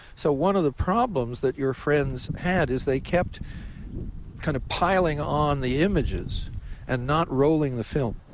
so one of the problems that your friends had is they kept kind of piling on the images and not rolling the film.